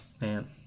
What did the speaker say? man